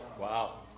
Wow